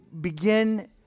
begin